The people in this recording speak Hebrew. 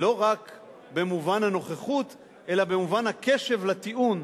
לא רק במובן הנוכחות אלא במובן הקשב לטיעון.